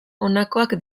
honakoak